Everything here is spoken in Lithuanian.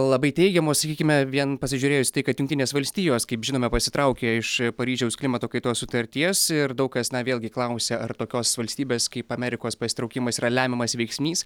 labai teigiamos sakykime vien pasižiūrėjus kad jungtinės valstijos kaip žinome pasitraukė iš paryžiaus klimato kaitos sutarties ir daug kas na vėlgi klausia ar tokios valstybės kaip amerikos pasitraukimas yra lemiamas veiksnys